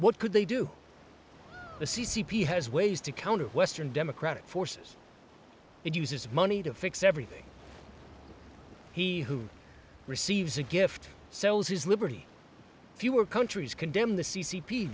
what could they do the c c p has ways to counter western democratic forces and uses money to fix everything he who receives a gift sells his liberty fewer countries condemn the c c p